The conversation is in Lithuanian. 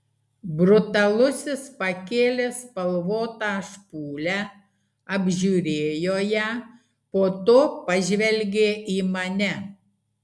brutalusis pakėlė spalvotą špūlę apžiūrėjo ją po to pažvelgė į mane